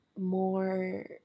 more